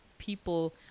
People